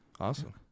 Awesome